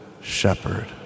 shepherd